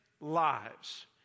lives